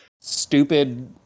stupid